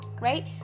right